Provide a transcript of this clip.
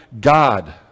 God